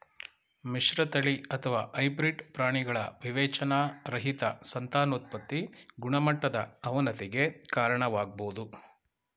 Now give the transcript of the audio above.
ಮಿಶ್ರತಳಿ ಅಥವಾ ಹೈಬ್ರಿಡ್ ಪ್ರಾಣಿಗಳ ವಿವೇಚನಾರಹಿತ ಸಂತಾನೋತ್ಪತಿ ಗುಣಮಟ್ಟದ ಅವನತಿಗೆ ಕಾರಣವಾಗ್ಬೋದು